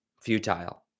futile